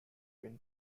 been